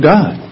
God